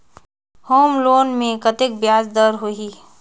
Home loan मे कतेक ब्याज दर होही?